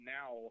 now